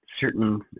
certain